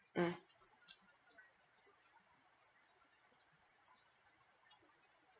mm